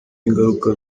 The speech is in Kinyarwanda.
ingaruka